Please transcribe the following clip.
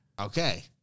Okay